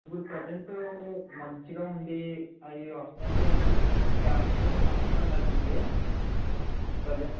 ఇప్పుడు ప్రెసెంట్ మంచిగా ఉండి అవి వస్తున్నాయి అండి ఏంటంటే క్యాంపస్ అని కంపెనీ ఉంది అండి బజార్లో